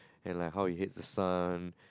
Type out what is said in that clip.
and like how he hates the son